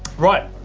right.